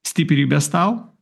stiprybės tau